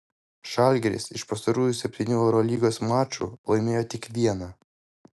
žalgiris iš pastarųjų septynių eurolygos mačų laimėjo tik vieną